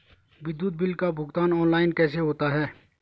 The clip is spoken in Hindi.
विद्युत बिल का भुगतान ऑनलाइन कैसे होता है?